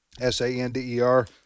S-A-N-D-E-R